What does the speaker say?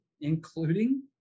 including